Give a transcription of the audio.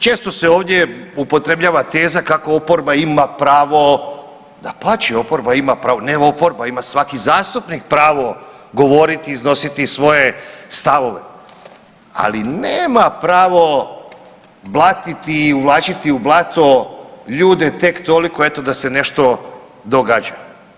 Često se ovdje upotrebljava teza kako oporba ima pravo, dapače oporba ima pravo, ne oporba, ima svaki zastupnik pravo govoriti i iznositi svoje stavove, ali nema pravo blatiti i uvlačiti u blato ljude tek toliko eto da se nešto događa.